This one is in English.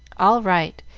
all right.